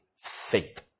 faith